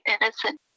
innocent